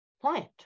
plant